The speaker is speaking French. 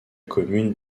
commune